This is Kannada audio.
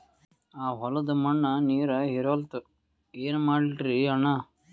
ಆ ಹೊಲದ ಮಣ್ಣ ನೀರ್ ಹೀರಲ್ತು, ಏನ ಮಾಡಲಿರಿ ಅಣ್ಣಾ?